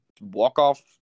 walk-off